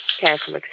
careful